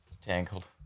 Tangled